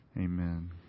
Amen